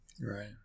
Right